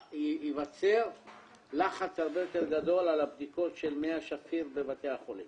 ייווצר לחץ הרבה יותר גדול על הבדיקות של מי השפיר בבתי החולים